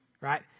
right